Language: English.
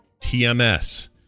TMS